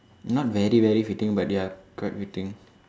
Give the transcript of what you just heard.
not very very fitting but they are quite fitting